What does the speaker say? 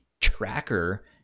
tracker